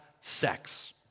sex